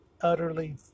utterly